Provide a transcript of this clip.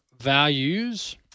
values